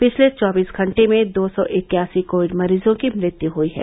पिछले चौबीस घंटे में दो सौ इक्यासी कोविड मरीजों की मृत्यु हयी है